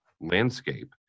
landscape